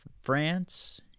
France